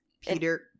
peter